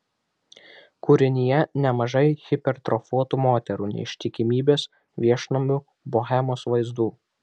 kūrinyje nemažai hipertrofuotų moterų neištikimybės viešnamių bohemos vaizdų